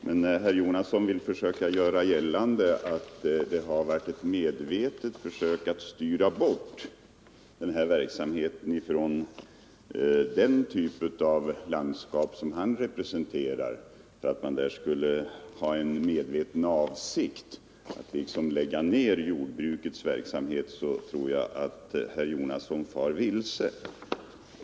Men när herr Jonasson vill göra gällande att det har förekommit medvetna försök att styra bort försöksverksamheten från den typ av landskap som han representerar och att det skulle finnas en medveten avsikt att lägga ner jordbrukets verksamhet där, tror jag att herr Jonasson far vilse.